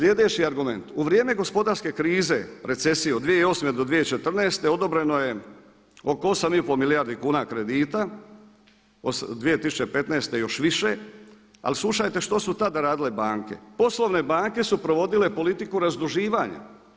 Sljedeći argument, u vrijeme gospodarske krize, recesije od 2008. do 2014. odobreno je oko 8,5 milijardi kuna kredita, 2015. još više, ali slušajte što su tada radile banke, poslovne banke su provodile politiku razduživanja.